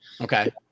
Okay